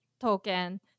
token